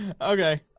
Okay